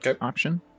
option